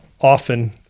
often –